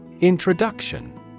Introduction